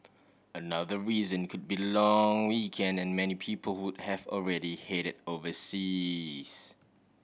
another reason could be long weekend and many people would have already headed overseas